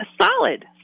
Solid